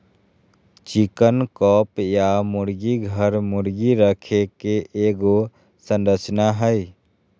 chicken coop या मुर्गी घर, मुर्गी रखे के एगो संरचना हइ